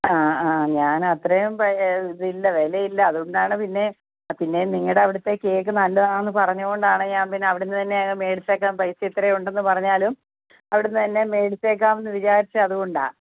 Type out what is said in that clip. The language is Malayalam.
ആ ആ ഞാൻ അത്രയും പേ ഇതില്ല വിലയില്ല അതുകൊണ്ടാണ് പിന്നെ പിന്നെയും നിങ്ങളുടെ അവിടുത്തെ കേക്ക് നല്ലതാണ് പറഞ്ഞതുകൊണ്ടാണ് ഞാൻ പിന്നെ അവിടെ തന്നെ അങ്ങ് മേടിച്ചേക്കാം പൈസ ഇത്രയും ഉണ്ടെന്ന് പറഞ്ഞാലും അവിടുന്ന് തന്നെ മേടിച്ചേക്കാം എന്ന് വിചാരിച്ചത് അതുകൊണ്ടാണ്